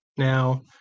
Now